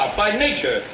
by nature.